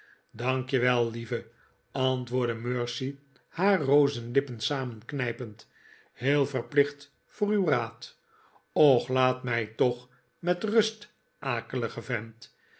dank je wel lieve antwoordde mercy haar rozenlippen samenknijpe'nd heel verplicht voor uw raad och lhat mij toch met rust akelige vent